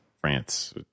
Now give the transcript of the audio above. France